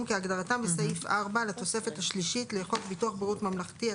כהגדרתם בסעיף 4 לתוספת השלישית לחוק ביטוח בריאות ממלכתי,